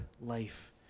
life